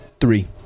three